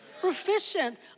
proficient